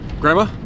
Grandma